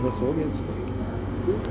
बस हो गया